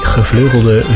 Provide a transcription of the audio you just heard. Gevleugelde